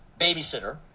babysitter